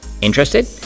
Interested